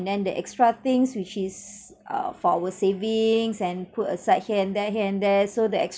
and then the extra things which is uh for our savings and put aside here and there here and there so the